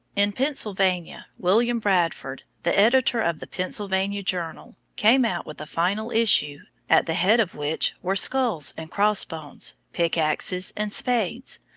in pennsylvania, william bradford, the editor of the pennsylvania journal, came out with a final issue, at the head of which were skulls and crossbones, pickaxes and spades,